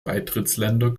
beitrittsländer